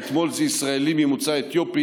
אתמול זה ישראלים ממוצא אתיופי,